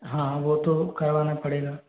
हाँ वो तो करवाना पड़ेगा